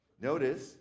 Notice